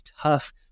tough